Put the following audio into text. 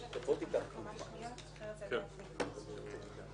לא מדובר על מהותית במובן שהיא גדולה,